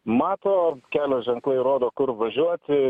mato kelio ženklai rodo kur važiuoti